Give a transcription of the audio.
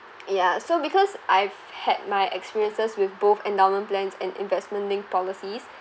ya so because I've had my experiences with both endowment plans and investment-linked policies